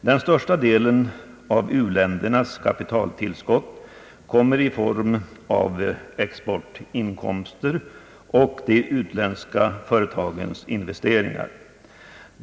Den största delen av u-ländernas kapitaltillskott kommer i form av exportinkomster och de utländska företagens investeringar.